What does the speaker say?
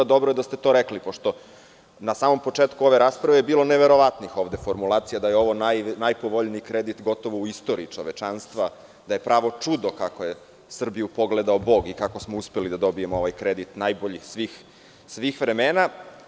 Dobro je da ste to rekli pošto na samom početku ove rasprave je bilo neverovatnih formulacija da je ovo najpovoljniji kredit gotovo u istoriji čovečanstva, da je pravo čudo kako je Srbiju pogledao Bog i kako smo uspeli da dobijemo ovaj kredit najbolji svih vremena.